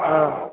ஆ